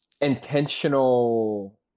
intentional